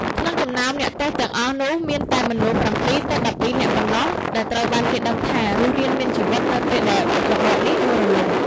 ក្នុងចំណោមអ្នកទោសទាំងអស់នោះ មានតែមនុស្ស ៧ទៅ១២ នាក់ប៉ុណ្ណោះដែលត្រូវបានគេដឹងថារស់រានមានជីវិតនៅពេលដែលរបបនេះដួលរលំ។